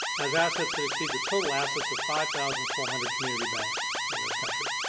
has assets that exceed the total assets of five thousand four hundred community banks in this country.